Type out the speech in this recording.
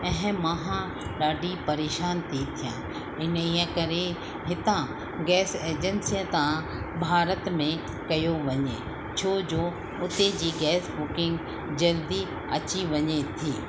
ऐं मां ॾाढी परेशान थी थियां इन ई करे हितां गैस एजैंसी तां भारत में कयो वञे छो जो उते जी गैस बुकिंग जल्दी अची वञे थी